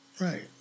Right